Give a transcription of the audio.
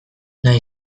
nahi